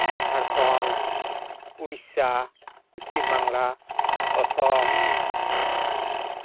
Jharkhand Odisha Paschim Bangla Assam